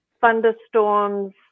thunderstorms